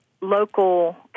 local